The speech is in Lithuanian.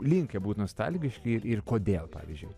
linkę būt nostalgiški ir ir kodėl pavyzdžiui